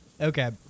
Okay